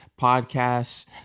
podcasts